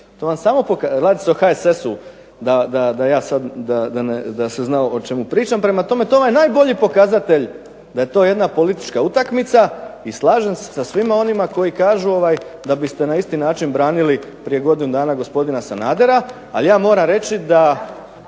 To vam samo, radi se o HSS-u da ja sad, da se zna o čemu pričam, prema tome to vam je najbolji pokazatelj da je to jedna politička utakmica. I slažem se sa svima onima koji kažu da biste na isti način branili prije godinu dana gospodina Sanadera. Ali ja moram reći da